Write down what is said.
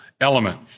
element